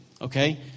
okay